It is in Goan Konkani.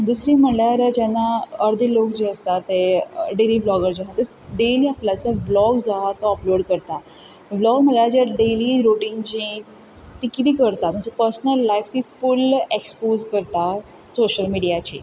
दुसरें म्हणल्यार जेन्ना अर्दे लोक जे आसता ते डेयली ब्लॉगर जे आहा ते डेयली आपल्यालो ब्लॉग जो आहा तो अपलोड करतात ब्लॉग म्हणल्यार जें डेयली रुटीन जें ते कितें करता म्हणजे पर्सनल लायफ तीं फूल एक्सपोज करतां सोशियल मिडियाचेर